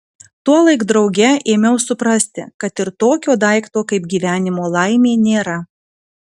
tuolaik drauge ėmiau suprasti kad ir tokio daikto kaip gyvenimo laimė nėra